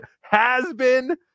has-been